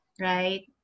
Right